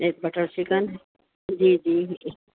ایک butter chicken جی جی